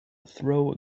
throw